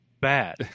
bad